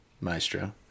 Maestro